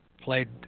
Played